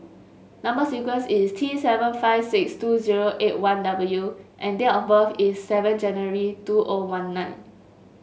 number sequence is T seven five six two zero eight one W and date of birth is seven January two O one nine